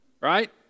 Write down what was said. right